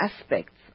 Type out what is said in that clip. aspects